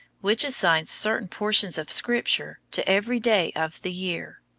which assigns certain portions of scripture to every day of the year.